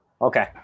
Okay